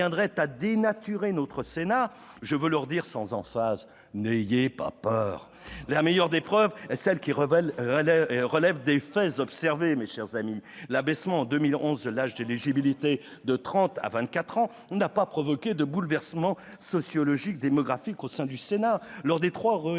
à dénaturer notre Sénat, je veux leur dire sans emphase :« n'ayez pas peur !» La meilleure des preuves, c'est celle qui relève des faits observés. L'abaissement en 2011 de l'âge d'éligibilité de trente à vingt-quatre ans n'a pas provoqué de bouleversement sociologique et démographique au sein du Sénat. Lors des trois renouvellements